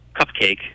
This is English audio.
cupcake